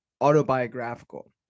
autobiographical